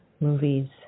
movies